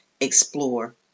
explore